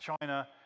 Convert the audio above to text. China